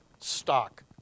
stock